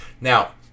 Now